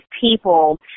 people